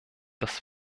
das